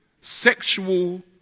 sexual